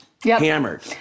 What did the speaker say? Hammered